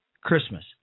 Christmas